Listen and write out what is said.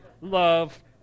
love